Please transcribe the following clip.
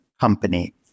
company